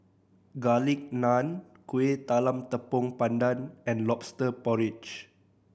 Garlic Naan Kuih Talam Tepong Pandan and Lobster Porridge